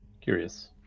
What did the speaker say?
curious